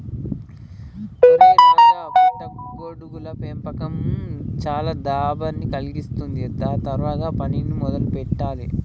ఒరై రాజు పుట్ట గొడుగుల పెంపకం చానా లాభాన్ని కలిగిస్తుంది రా త్వరగా పనిని మొదలు పెట్టాలే